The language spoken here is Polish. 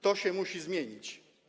To się musi zmienić.